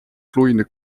gloeiende